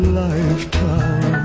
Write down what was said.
lifetime